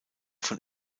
von